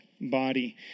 body